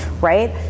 right